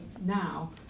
now